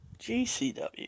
GCW